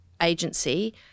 agency